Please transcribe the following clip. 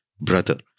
brother